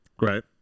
Right